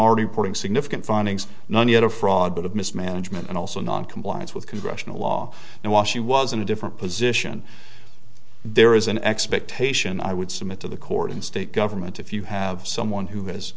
already reporting significant findings not yet a fraud but of mismanagement and also noncompliance with congressional law and while she was in a different position there is an expectation i would submit to the court and state government if you have someone who has